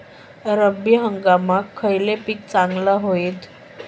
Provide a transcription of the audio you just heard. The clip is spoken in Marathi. रब्बी हंगामाक खयला पीक चांगला होईत?